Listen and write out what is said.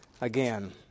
again